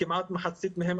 כמעט מחצית מהם,